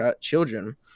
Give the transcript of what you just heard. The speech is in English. children